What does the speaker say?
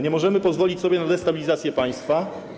Nie możemy pozwolić sobie na destabilizację państwa.